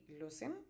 losing